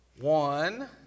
One